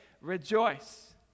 rejoice